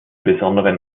besonderen